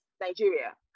Nigeria